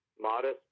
modest